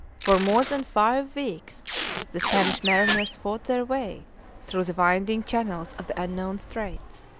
for more than five weeks the spanish mariners fought their way through the winding channels of the unknown straits.